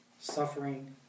suffering